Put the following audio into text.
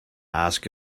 ask